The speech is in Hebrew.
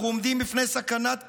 אנחנו עומדים בפני סכנת כיליון.